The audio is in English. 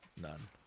None